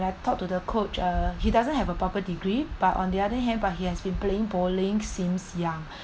I talked to the coach uh he doesn't have a proper degree but on the other hand but he has been playing bowling since young